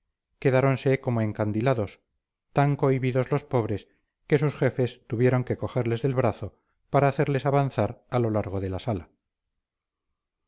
servidumbre quedáronse como encandilados tan cohibidos los pobres que sus jefes tuvieron que cogerles del brazo para hacerles avanzar a lo largo de la sala